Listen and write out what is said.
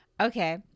Okay